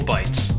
Bites